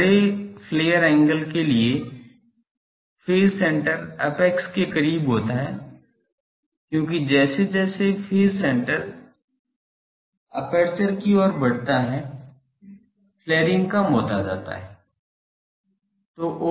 बड़े flare angle के लिए फेज सेण्टर अपैक्स के करीब होता है क्योंकि जैसे जैसे फेज सेण्टर एपर्चर की ओर बढ़ता है फ्लेयरिंग कम हो जाता है